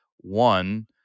One